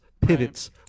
pivots